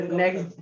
next